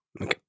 Okay